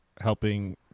helping